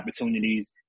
opportunities